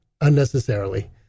unnecessarily